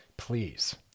Please